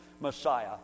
Messiah